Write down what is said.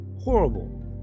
Horrible